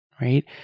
right